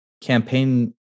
campaign